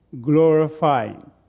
glorifying